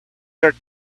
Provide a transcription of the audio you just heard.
their